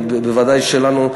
וודאי שלנו,